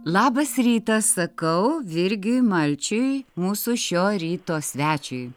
labas rytas sakau virgiui malčiui mūsų šio ryto svečiui